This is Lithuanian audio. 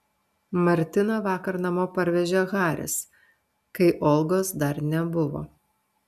martiną vakar namo parvežė haris kai olgos dar nebuvo